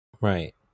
Right